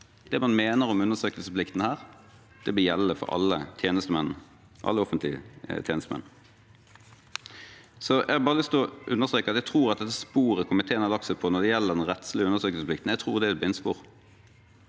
Det man mener om undersøkelsesplikten her, blir gjeldende for alle offentlige tjenestemenn. Jeg har bare lyst til å understreke at jeg tror at det sporet komiteen har lagt seg på når det gjelder den rettslige undersøkelsesplikten, er et blindspor.